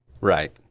right